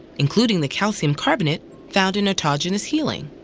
including the calcium carbonate found in autogenous healing.